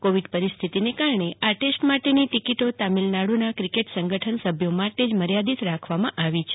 કોવિડની પરિસ્થિતિના કારણે આ ટેસ્ટ માટેની ટીકીટો તમિલનાડુ કક્રિકેટ સંગઠનના સભ્યો માટે જ માર્યાદિત રાખવામાં આવી છે